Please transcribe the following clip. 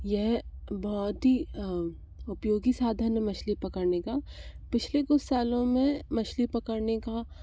यह बहुत ही उपयोगी साधन है मछली पकड़ने का पिछले कुछ सालों में मछली पकड़ने का